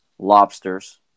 Lobsters